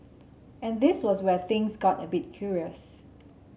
and this was where things got a bit curious